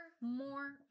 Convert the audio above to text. more